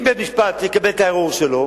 אם בית-משפט יקבל את הערעור שלו,